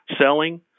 selling